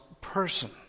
person